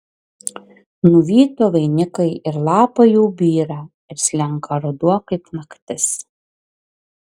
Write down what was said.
nuvyto vainikai ir lapai jau byra ir slenka ruduo kaip naktis